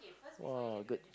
!wah! good